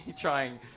trying